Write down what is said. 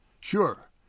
Sure